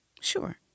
Sure